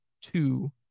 two